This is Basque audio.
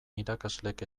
irakaslek